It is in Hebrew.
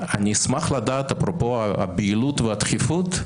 אני אשמח לדעת אפרופו הבהילות והדחיפות,